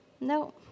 no